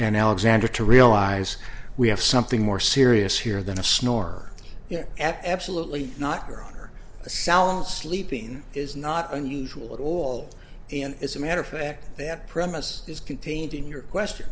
and alexander to realize we have something more serious here than a snore yeah absolutely not your honor sal sleeping is not unusual at all and is a matter of fact that premis is contained in your question